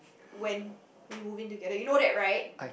when we moving together you know that right